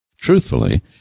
Truthfully